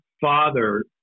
father